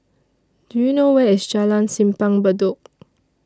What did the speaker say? Do YOU know Where IS Jalan Simpang Bedok